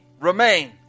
Remain